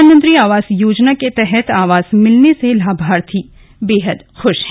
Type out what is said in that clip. प्रधानमंत्री आवास योजना के तहत आवास मिलने से लाभार्थी बेहद खुश हैं